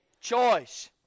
choice